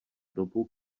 dobu